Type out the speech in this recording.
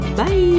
Bye